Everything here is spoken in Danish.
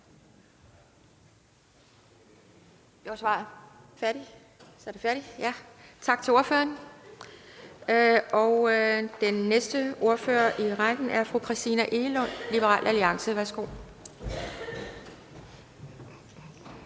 Tak til ordføreren. Den næste ordfører i rækken er fru Christina Egelund, Liberal Alliance.